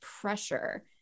pressure